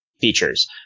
features